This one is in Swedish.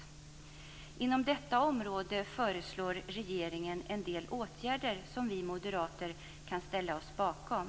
Inom detta område föreslår regeringen en del åtgärder som vi moderater kan ställa oss bakom.